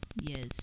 Yes